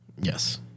Yes